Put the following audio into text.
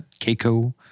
Keiko